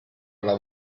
alla